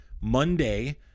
Monday